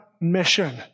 mission